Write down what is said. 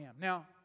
Now